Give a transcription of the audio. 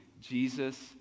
Jesus